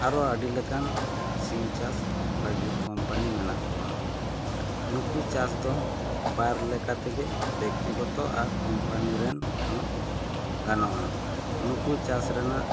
ᱟᱨᱚ ᱟᱹᱰᱤ ᱞᱮᱠᱟᱱ ᱥᱤᱢ ᱪᱟᱥ ᱞᱟᱹᱜᱤᱫ ᱠᱚᱢᱯᱟᱱᱤ ᱢᱮᱱᱟᱜ ᱠᱚᱣᱟ ᱱᱩᱠᱩ ᱪᱟᱥ ᱫᱚ ᱵᱟᱨ ᱞᱮᱠᱟ ᱛᱮᱜᱮ ᱵᱮᱠᱛᱤᱜᱚᱛᱚ ᱟᱨ ᱠᱚᱢᱯᱟᱱᱤ ᱨᱮᱱ ᱦᱚᱸ ᱜᱟᱱᱚᱜ ᱟ ᱱᱩᱠᱩ ᱪᱟᱥ ᱨᱮᱱᱟᱜ